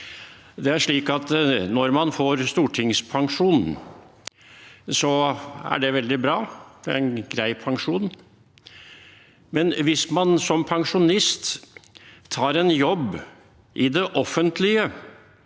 Det er slik at når man får stortingspensjonen, er det veldig bra. Det er en grei pensjon. Men hvis man som pensjonist tar en jobb i det offentlige